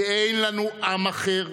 כי אין לנו עם אחר,